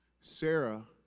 Sarah